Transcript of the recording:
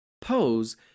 Pose